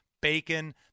bacon